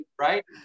right